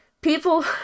people